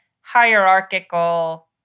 hierarchical